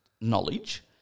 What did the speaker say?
knowledge